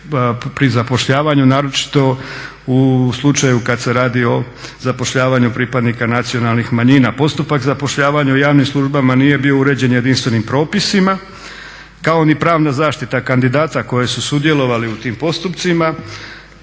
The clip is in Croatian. pri zapošljavanju, naročito u slučaju kad se radi o zapošljavanju pripadnika nacionalnih manjina. Postupak zapošljavanja u javnim službama nije bio uređen jedinstvenim propisima kao ni pravna zaštita kandidata koji su sudjelovali u tim postupcima.